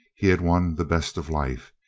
he had won the best of life.